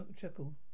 chuckle